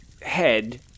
head